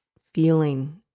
feeling